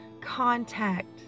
contact